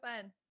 fun